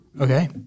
Okay